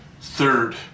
Third